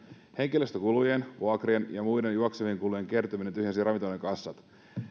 henkilöstökulujen vuokrien ja muiden juoksevien kulujen kertyminen tyhjensi ravintoloiden kassat näin